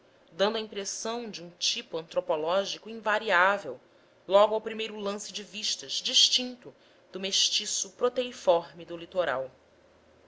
dando a impressão de um tipo antropológico invariável logo ao primeiro lance de vistas distinto do mestiço proteiforme do litoral